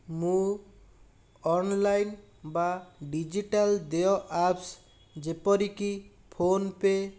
ମୁଁ ଅନ୍ଲାଇନ୍ ବା ଡିଜିଟାଲ୍ ଦେୟ ଆପ୍ସ୍ ଯେପରିକି ଫୋନ୍ପେ'